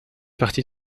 parti